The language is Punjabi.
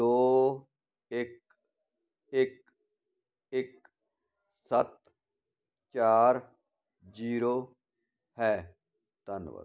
ਦੋ ਇੱਕ ਇੱਕ ਇੱਕ ਸੱਤ ਚਾਰ ਜੀਰੋ ਹੈ ਧੰਨਵਾਦ